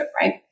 Right